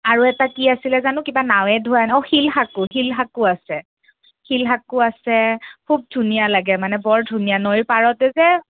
আৰু এটা কি আছিলে জানো কিবা নাৱে ধুৱা ন অ' শিল শাকো শিল শাকো আছে শিল শাকো আছে খুব ধুনীয়া লাগে মানে বৰ ধুনীয়া নৈৰ পাৰতে যে